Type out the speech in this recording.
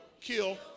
kill